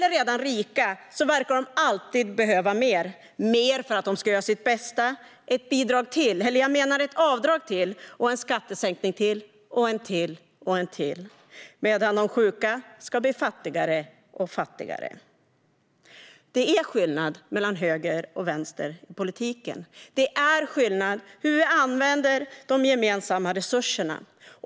De som redan är rika verka alltid behöva mer. De behöver mer för att de ska göra sitt bästa - ett bidrag till, eller jag menar ett avdrag till, och en skattesänkning till, och en till och en till. Detta får de, medan de sjuka ska bli fattigare och fattigare. Det är skillnad mellan höger och vänster i politiken. Det är skillnad på hur vi använder de gemensamma resurserna.